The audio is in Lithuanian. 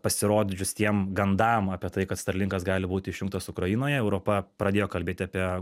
pasirodžius tiem gandam apie tai kad starlinkas gali būti išjungtas ukrainoje europa pradėjo kalbėti apie